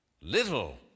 Little